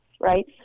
right